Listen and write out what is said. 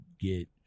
get